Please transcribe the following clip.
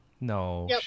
No